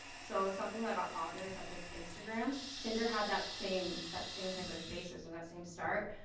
so something that got popular, such as instagram, tinder had that same, that same type of basis and that same start.